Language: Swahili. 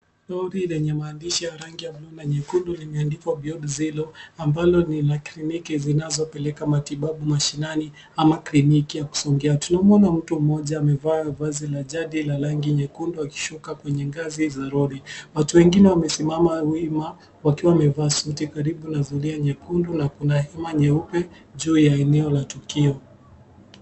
Lori lenye maandishi ya rangi ya bluu na nyekundu limeandikwa beyond zero, ambalo ni la kliniki zinazopeleka matibabu mashinani ama kliniki ya kusongea tu. Tunamwuona mtu mmoja amevalia shati la jadi nyekundu akishuka kwenye ngazi za lori. Watu wengine wamesimama wima wakiwa wamevaa suti karibu na zulia nyekundu na kuna hema nyeupe juu ya eneo la tukio.